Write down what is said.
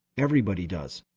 everybody does.